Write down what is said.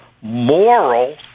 moral